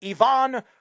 Ivan